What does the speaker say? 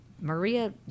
Maria